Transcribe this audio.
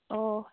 ᱚ